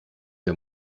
der